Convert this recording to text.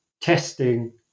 testing